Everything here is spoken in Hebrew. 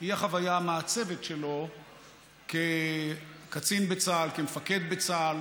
היא החוויה המעצבת שלו כקצין בצה"ל, כמפקד בצה"ל